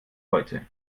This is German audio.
heute